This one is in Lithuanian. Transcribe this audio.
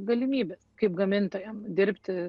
galimybės kaip gamintojam dirbti